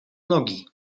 nogi